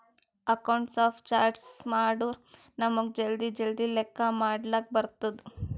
accounts of charts ಮಾಡುರ್ ನಮುಗ್ ಜಲ್ದಿ ಜಲ್ದಿ ಲೆಕ್ಕಾ ಮಾಡ್ಲಕ್ ಬರ್ತುದ್